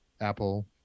Apple